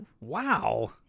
Wow